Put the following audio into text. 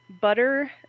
Butter